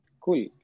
Cool